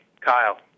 Kyle